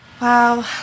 Wow